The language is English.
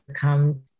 come